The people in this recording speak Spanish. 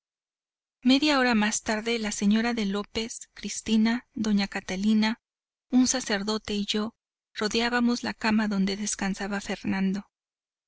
media hora más tarde la señora de lópez cristina doña catalina un sacerdote y yo rodeábamos la cama donde descansaba fernando